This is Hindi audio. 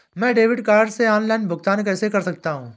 मैं डेबिट कार्ड से ऑनलाइन भुगतान कैसे कर सकता हूँ?